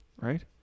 Right